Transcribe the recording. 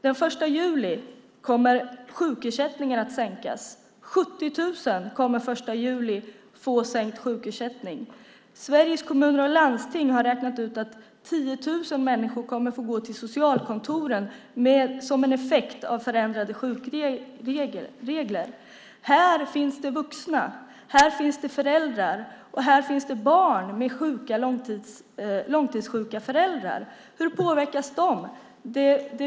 Den 1 juli kommer sjukersättningen att sänkas. 70 000 kommer den 1 juli att få sänkt sjukersättning. Sveriges Kommuner och Landsting har räknat ut att 10 000 människor kommer att få gå till socialkontoren som en effekt av förändrade sjukregler. Här finns det vuxna, här finns det föräldrar, och här finns det barn med långtidssjuka föräldrar. Hur påverkas de?